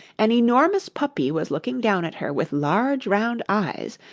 an enormous puppy was looking down at her with large round eyes,